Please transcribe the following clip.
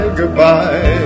goodbye